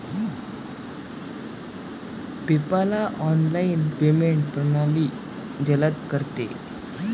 PayPal online payment प्रणाली जलद करते